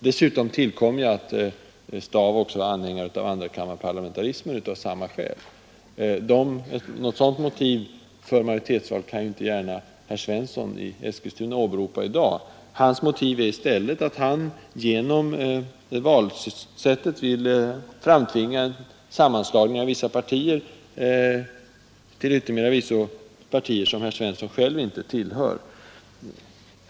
Dessutom tillkommer att Staaff också var anhängare av andrakammarparlamentarismen av samma skäl. Något sådant motiv för majoritetsval kan ju inte gärna herr Svensson i Eski valsättet vill framtvinga en sammanslagnin; stuna åberopa i dag. Herr Svenssons motiv är i stället att han genom av vissa partier till yttermera visso partier som herr Svensson själv inte tillhör.